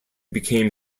became